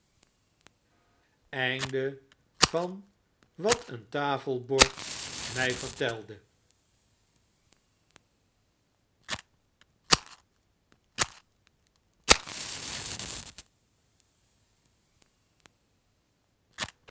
wat een tafelboed mij vertelde